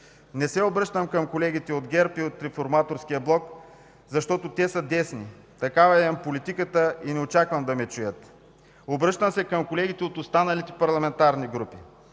Не се обръщам към колегите от ГЕРБ и от Реформаторския блок, защото те са десни. Такава им е политиката и не очаквам да ме чуят. Обръщам се към колегите от останалите парламентарни групи